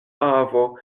avo